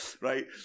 right